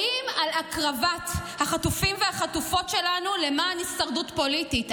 האם על הקרבת החטופים והחטופות שלנו למען הישרדות פוליטית,